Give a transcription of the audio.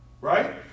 Right